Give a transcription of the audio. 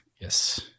Yes